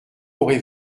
aurez